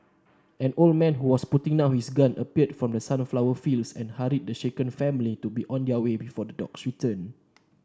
an old man who was putting down his gun appeared from the sunflower fields and hurried the shaken family to be on their way before the dogs return